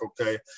okay